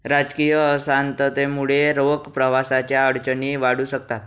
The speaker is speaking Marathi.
राजकीय अशांततेमुळे रोख प्रवाहाच्या अडचणी वाढू शकतात